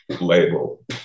label